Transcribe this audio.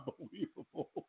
unbelievable